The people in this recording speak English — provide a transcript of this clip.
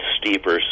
steeper